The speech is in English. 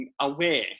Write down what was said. aware